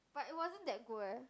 but it wasn't that good eh